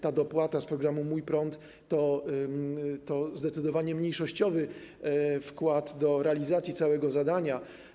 Ta dopłata z programu ˝Mój prąd˝ to zdecydowanie mniejszościowy wkład w realizację całego zadania.